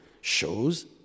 shows